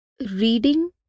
reading